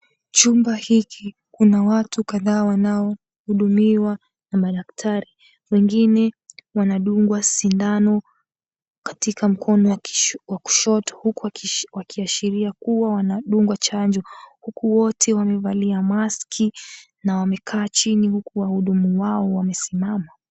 Chumba hiki kuna watu kadhaa wanaohudumiwa na madaktari. Wengine wanadungwa sindano katika mkono wa kushoto huku wakiashiria kuwa wanadungwa chanjo. Huku wote wamevalia maski na wamekaa chini huku wahudumu wao wamesimama.